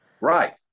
Right